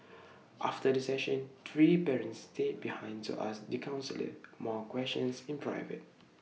after the session three parents stayed behind to ask the counsellor more questions in private